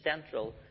central